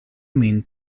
min